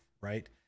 right